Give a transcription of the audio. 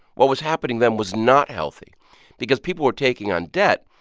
what was happening then was not healthy because people were taking on debt,